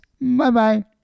Bye-bye